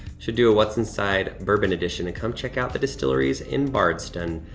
should do a what's inside, bourbon edition and come check out the distilleries in bardstown. and